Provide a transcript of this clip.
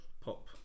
pop